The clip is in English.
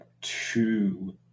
two